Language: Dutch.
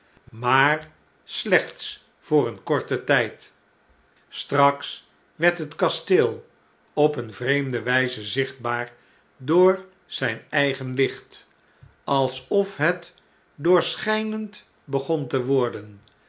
maar slechts voor korten ttjd straks werd het kasteel op eene vreemde wijze zichtbaar door zijn eigen licht alsof het doorschjjnend begon te worden